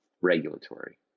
Regulatory